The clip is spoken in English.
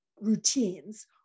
routines